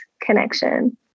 connection